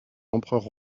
empereurs